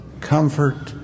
comfort